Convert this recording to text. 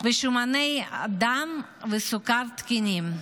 ושומני דם וסוכר תקינים,